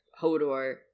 hodor